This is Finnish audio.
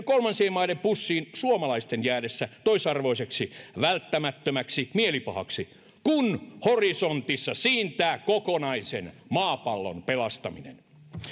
kolmansien maiden pussiin suomalaisten jäädessä toisarvoiseksi välttämättömäksi mielipahaksi kun horisontissa siintää kokonaisen maapallon pelastaminen